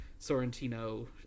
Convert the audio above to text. Sorrentino